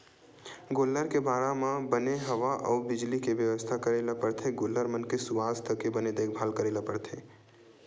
गोल्लर के बाड़ा म बने हवा अउ बिजली के बेवस्था करे ल परथे गोल्लर मन के सुवास्थ के बने देखभाल करे ल परथे